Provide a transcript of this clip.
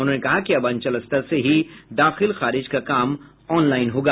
उन्होंने कहा कि अब अंचल स्तर से ही दाखिल खारिज का काम ऑनलाईन होगा